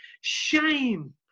shame